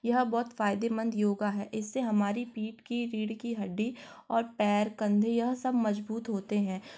यह बहुत फायदेमंद योगा है इससे हमारी पीठ की रीढ़ की हड्डी और पैर कंधे यह सब मजबूत होते हैं